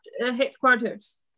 headquarters